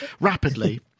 rapidly